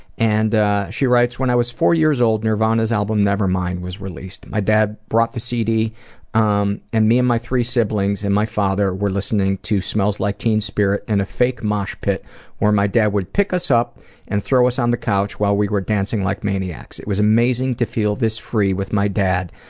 and she writes, when i was four years old nirvana's album nevermind was released. my dad bought the cd um and me and my three siblings and my father were listening to smells like teen spirit in a fake mosh pit where my dad would pick us up and throw us on the couch while we were dancing like maniacs. it was amazing to feel this free with my dad,